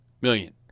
million